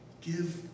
give